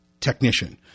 technician